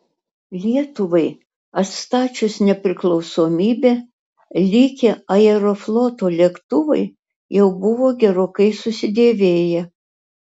lietuvai atstačius nepriklausomybę likę aerofloto lėktuvai jau buvo gerokai susidėvėję